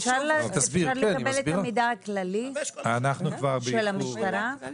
אפשר לקבל מידע כללי של המשטרה?